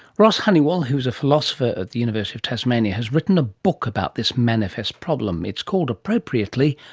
ross honeywill, who's a philosopher at the university of tasmania, has written a book about this manifest problem. it's called, appropriately,